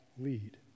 lead